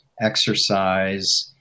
exercise